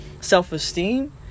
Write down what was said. self-esteem